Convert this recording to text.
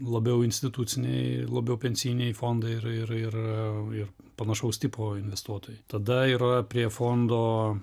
labiau instituciniai labiau pensiniai fondai ir ir ir ir panašaus tipo investuotojai tada yra prie fondo